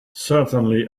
certainly